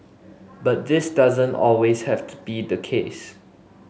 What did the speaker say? but this doesn't always have to be the case